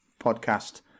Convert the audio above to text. podcast